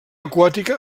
aquàtica